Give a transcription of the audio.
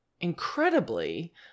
incredibly